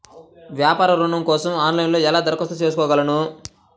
వ్యాపార ఋణం కోసం ఆన్లైన్లో ఎలా దరఖాస్తు చేసుకోగలను?